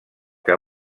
que